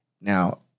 Now